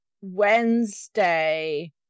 Wednesday